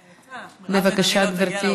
בבקשה, גברתי.